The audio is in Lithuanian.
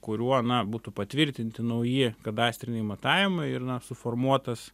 kuriuo na būtų patvirtinti nauji kadastriniai matavimai ir na suformuotas